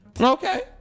Okay